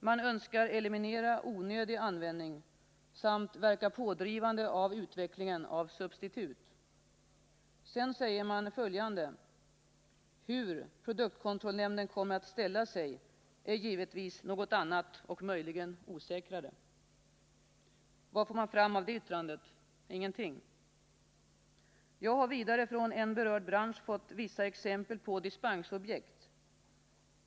Man önskar eliminera onödig användning samt verka pådrivande på utvecklingen av substitut. Sedan säger man följande: Hur produktkontrollnämnden kommer att ställa sig är givetvis något annat och möjligen osäkrare. Vad får vi fram av det yttrandet? Ingenting! Jag har vidare från en berörd bransch fått vissa exempel på dispensobjekt.